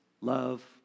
love